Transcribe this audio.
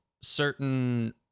certain